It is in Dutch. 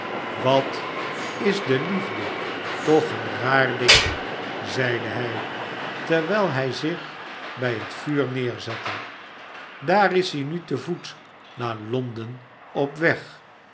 wat is de liefde toch een raar ding zeide hij terwijl hij zich bij het vuur neerzette daar is hij nu te voet naar londen op weg